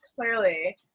Clearly